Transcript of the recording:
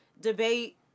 debate